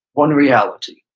one reality.